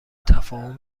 تفاهم